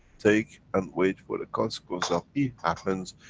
take and wait for the consequence of, it happens.